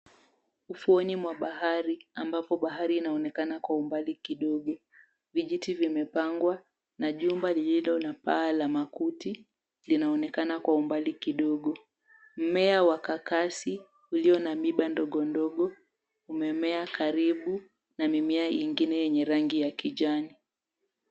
Ufuoni mwa bahari, ambapo bahari inaonekana kwa umbali kidogo. Vijiti vimepangwa na jumba lililo na paa la makuti inaonekana kwa mbali kidogo. Mmea wa kakasi, ulio na miiba ndogo ndogo umemea karibu na mimea ingine yenye rangi ya kijani.